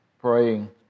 praying